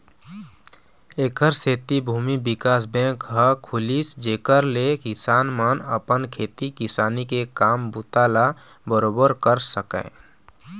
ऐखर सेती भूमि बिकास बेंक ह खुलिस जेखर ले किसान मन अपन खेती किसानी के काम बूता ल बरोबर कर सकय